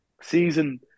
season